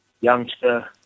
youngster